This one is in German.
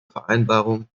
vereinbarung